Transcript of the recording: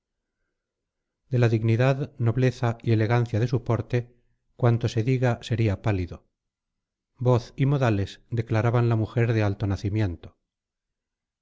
de la dignidad nobleza y elegancia de su porte cuanto se diga sería pálido voz y modales declaraban la mujer de alto nacimiento